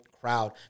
crowd